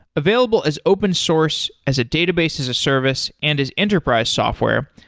available as open source as a database, as a service and as enterprise software,